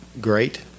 great